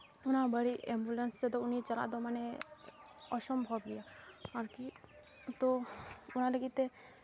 ᱚᱱᱟ ᱵᱟᱹᱲᱤᱡ ᱮᱢᱵᱩᱞᱮᱱᱥ ᱛᱮᱫᱚ ᱩᱱᱤ ᱫᱚ ᱪᱟᱞᱟᱜ ᱫᱚ ᱢᱟᱱᱮ ᱚᱥᱚᱢᱵᱷᱚᱵ ᱜᱮᱭᱟ ᱟᱨᱠᱤ ᱛᱚ ᱚᱱᱟ ᱞᱟᱹᱜᱤᱫ ᱛᱮ